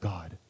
God